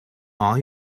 all